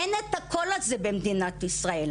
אלא אין את הקול הזה במדינת ישראל.